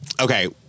Okay